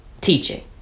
teaching